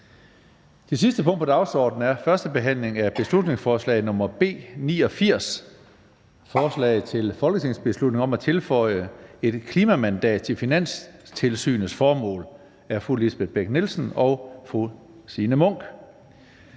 Det sidste punkt på dagsordenen er: 7) 1. behandling af beslutningsforslag nr. B 89: Forslag til folketingsbeslutning om at tilføje et klimamandat til Finanstilsynets formål. Af Lisbeth Bech-Nielsen (SF) og Signe Munk